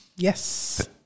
Yes